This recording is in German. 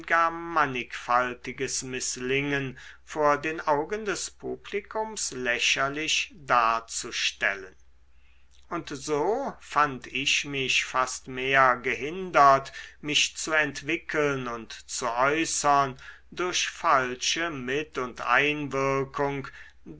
mannigfaltiges mißlingen vor den augen des publikums lächerlich darzustellen und so fand ich mich fast mehr gehindert mich zu entwickeln und zu äußern durch falsche mit und einwirkung